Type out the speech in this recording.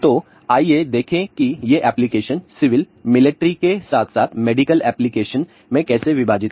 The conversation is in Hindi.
तो आइए देखें कि ये एप्लिकेशन सिविल मिलिट्री के साथ साथ मेडिकल एप्लिकेशन में कैसे विभाजित हैं